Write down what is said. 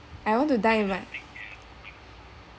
I want to die in my